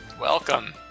Welcome